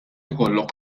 ikollok